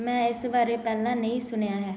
ਮੈਂ ਇਸ ਬਾਰੇ ਪਹਿਲਾਂ ਨਹੀਂ ਸੁਣਿਆ ਹੈ